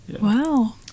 Wow